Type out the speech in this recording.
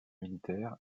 militaire